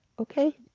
Okay